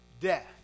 death